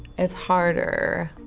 it's harder.